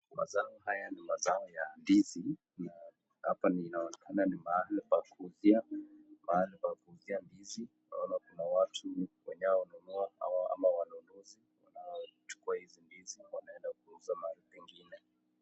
Mazao haya ni mazao ya ndizi, hapa inaoneka ni mahali pa kuuzia ndizi, naona kuna watu wanao nunua ama wanunuzi, wanachukua hizi ndizi wanaenda kuuza mahali pengine.